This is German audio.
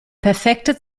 perfekte